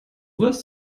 was